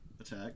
attack